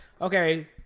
Okay